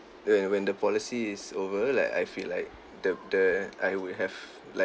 when when the policy is over like I feel like the the I would have like